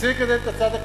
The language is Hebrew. רוצים לקדם את הצד הכלכלי,